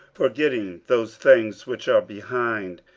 forgetting those things which are behind,